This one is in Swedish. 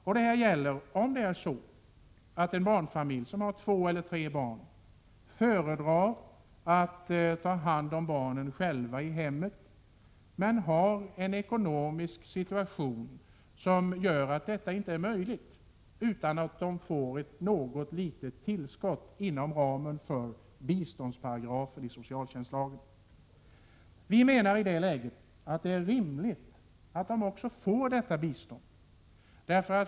Om föräldrar med två eller tre barn föredrar att ta hand om barnen själva i hemmet men har en ekonomisk situation som inte möjliggör detta utan att de får ett litet tillskott inom ramen för biståndsparagrafen i socialtjänstlagen, då är det rimligt att familjen i det läget också får detta bistånd.